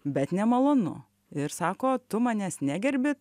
bet nemalonu ir sako tu manęs negerbi